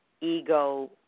ego